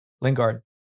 Lingard